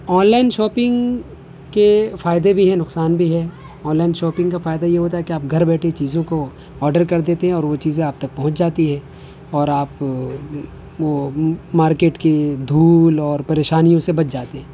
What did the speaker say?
on line shopping کے فائدے بھی ہیں نقصان بھی ہیں آن لائن شاپنگ کا فائدہ یہ ہوتا ہے کہ آپ گھر بیٹھے چیزوں کو آڈر کر دیتے ہیں اور وہ چیزیں آپ تک پہنچ جاتی ہیں اور آپ وہ مارکیٹ کی دھول اور پریشانیوں سے بچ جاتے ہیں